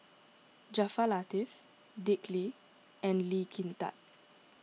Jaafar Latiff Dick Lee and Lee Kin Tat